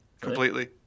Completely